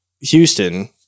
Houston